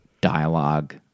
dialogue